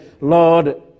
Lord